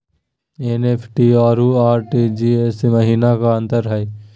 NEFT अरु RTGS महिना का अंतर हई?